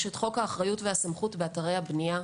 יש את הצעת חוק האחריות והסמכות באתרי הבנייה,